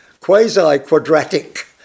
quasi-quadratic